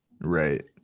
right